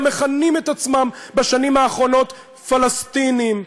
המכנים את עצמם בשנים האחרונות "פלסטינים".